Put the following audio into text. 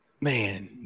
man